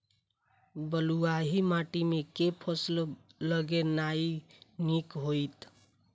बलुआही माटि मे केँ फसल लगेनाइ नीक होइत?